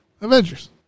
Avengers